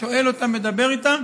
שואל אותם ומדבר איתם,